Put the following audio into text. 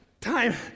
time